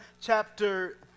chapter